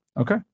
Okay